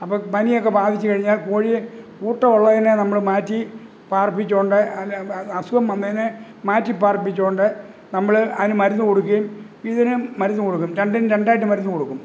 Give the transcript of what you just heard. അപ്പോൾ പനി ഒക്കെ ബാധിച്ചു കഴിഞ്ഞാല് കോഴിയെ കൂട്ടം ഉള്ളതിനെ നമ്മൾ മാറ്റി പാര്പ്പിച്ചുകൊണ്ട് അസുഖം വന്നതിനെ മാറ്റി പാര്പ്പിച്ചുകൊണ്ട് നമ്മൾ അതിന് മരുന്ന് കൊടുക്കുകയും ഇതിനും മരുന്ന് കൊടുക്കും രണ്ടിനും രണ്ടായിട്ട് മരുന്ന് കൊടുക്കും